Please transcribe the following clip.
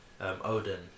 Odin